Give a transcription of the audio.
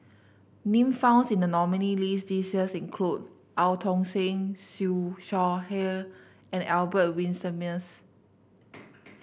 names found in the nominees' list this year include Eu Tong Sen Siew Shaw Her and Albert Winsemius